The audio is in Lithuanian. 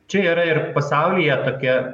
čia yra ir pasaulyje tokia